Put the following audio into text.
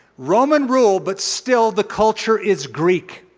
roman rule but still the culture is greek,